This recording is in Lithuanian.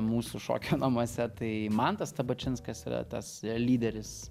mūsų šokio namuose tai mantas stabačinskas yra tas lyderis